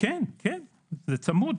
חשמל,